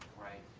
right.